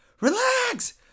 Relax